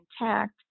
intact